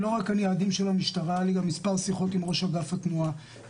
היו לי מספר שיחות עם ראש אגף התנועה,